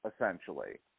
essentially